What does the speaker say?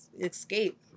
Escape